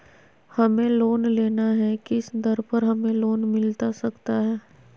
हमें लोन लेना है किस दर पर हमें लोन मिलता सकता है?